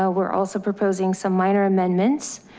ah we're also proposing some minor amendments.